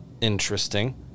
interesting